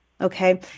Okay